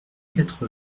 quatre